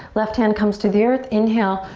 left hand comes to the earth. inhale,